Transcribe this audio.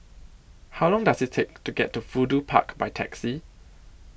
How Long Does IT Take to get to Fudu Park By Taxi